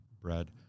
bread